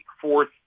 fourth